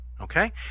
Okay